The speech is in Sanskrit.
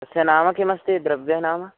तस्य नाम किमस्ति द्रव्यं नाम